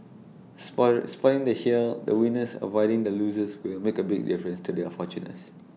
spotter spotting the shale the winners avoiding the losers will make A big difference to their fortune less